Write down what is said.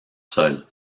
sol